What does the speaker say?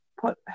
put